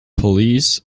police